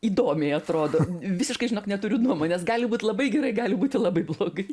įdomiai atrodo visiškai žinok neturiu nuomonės gali būt labai gerai gali būti labai blogai